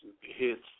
hits